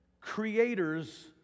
creators